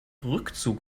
rückzug